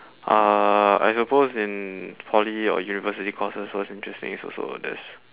uh I suppose in poly or university courses what's interesting is also all this